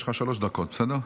יש לך שלוש דקות, בסדר?